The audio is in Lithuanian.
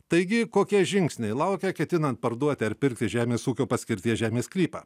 taigi kokie žingsniai laukia ketinant parduoti ar pirkti žemės ūkio paskirties žemės sklypą